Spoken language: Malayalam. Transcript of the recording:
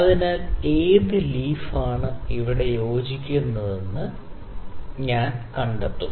അതിനാൽ ഏത് ലീഫാണ് ഇവിടെ ശരിയായി യോജിക്കുന്നതെന്ന് ഞാൻ ശ്രമിക്കാം